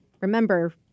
remember